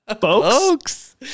folks